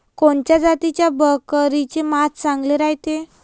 कोनच्या जातीच्या बकरीचे मांस चांगले रायते?